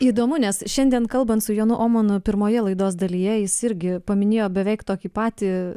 įdomu nes šiandien kalbant su jonu omanu pirmoje laidos dalyje jis irgi paminėjo beveik tokį patį